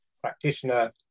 practitioner